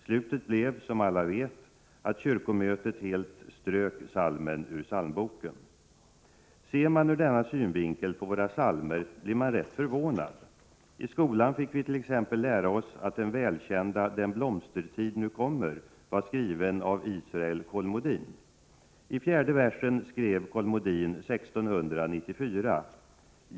Slutet blev — som alla vet — att kyrkomötet helt strök psalmen ur psalmboken. Ser man ur denna synvinkel på våra psalmer blir man rätt förvånad. I skolan fick vit.ex. lära oss att den välkända Den blomstertid nu kommer var skriven av Israel Kolmodin.